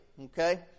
okay